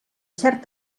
cert